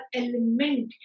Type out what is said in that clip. element